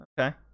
Okay